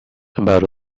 about